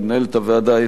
לנועה בירן-דדון,